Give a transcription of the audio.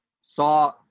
saw